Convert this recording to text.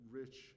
rich